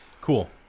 Cool